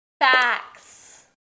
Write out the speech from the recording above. facts